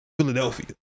Philadelphia